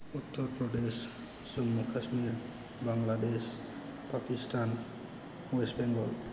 Uttar Pradesh Jammu Kashmir Bangladesh Pakistan west Bengal